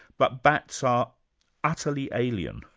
but bats are utterly alien.